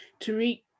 Tariq